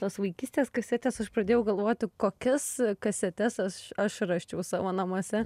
tos vaikystės kasetės aš pradėjau galvoti kokias kasetes aš aš rasčiau savo namuose